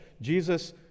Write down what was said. Jesus